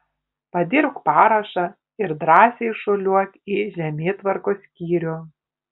padirbk parašą ir drąsiai šuoliuok į žemėtvarkos skyrių